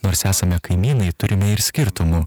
nors esame kaimynai turime ir skirtumų